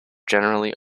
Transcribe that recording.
generally